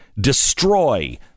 destroy